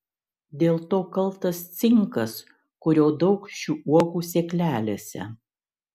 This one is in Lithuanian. dėl to kaltas cinkas kurio daug šių uogų sėklelėse